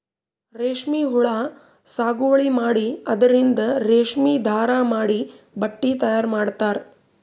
ರೇಶ್ಮಿ ಹುಳಾ ಸಾಗುವಳಿ ಮಾಡಿ ಅದರಿಂದ್ ರೇಶ್ಮಿ ದಾರಾ ಮಾಡಿ ಬಟ್ಟಿ ತಯಾರ್ ಮಾಡ್ತರ್